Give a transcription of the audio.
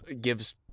gives